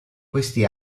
questi